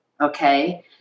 Okay